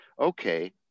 okay